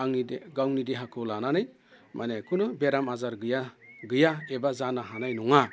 आंनि गावनि देहाखौ लानानै माने खुनु बेराम आजार गैया एबा जानो हानाय नङा